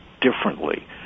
differently